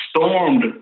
stormed